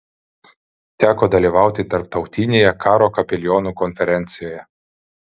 teko dalyvauti tarptautinėje karo kapelionų konferencijoje